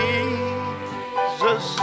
Jesus